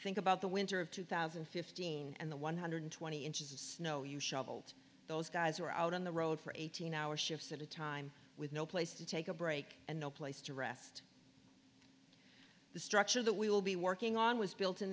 think about the winter of two thousand and fifteen and the one hundred twenty inches of snow you shoveled those guys are out on the road for eighteen hour shifts at a time with no place to take a break and no place to rest the structure that we will be working on was built in